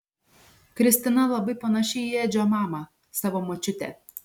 kristina labai panaši į edžio mamą savo močiutę